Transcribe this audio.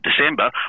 December